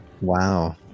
Wow